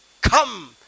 come